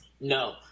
No